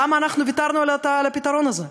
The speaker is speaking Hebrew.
למה ויתרנו על הפתרון הזה?